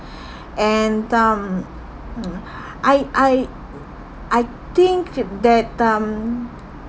and um mm I I I think that um